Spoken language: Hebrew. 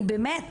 אני באמת